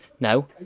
No